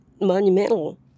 monumental